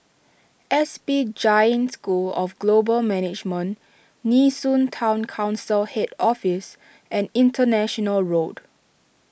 S P Jain School of Global Management Nee Soon Town Council Head Office and International Road